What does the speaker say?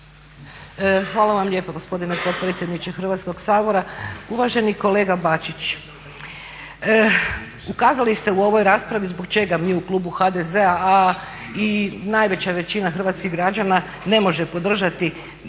Hvala vam lijepo gospodine potpredsjedniče Hrvatskog sabora. Uvaženi kolega Bačić, ukazali ste u ovoj raspravi zbog čega mi u klubu HDZ-a ali i najveća većina hrvatskih građana ne može podržati ne ovakav zakon